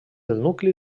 nucli